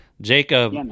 Jacob